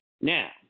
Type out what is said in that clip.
Now